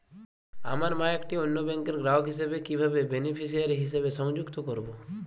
আমার মা একটি অন্য ব্যাংকের গ্রাহক হিসেবে কীভাবে বেনিফিসিয়ারি হিসেবে সংযুক্ত করব?